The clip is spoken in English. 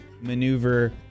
maneuver